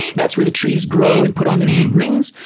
that's where the trees grow and put on their new rings,